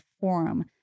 forum